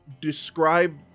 Describe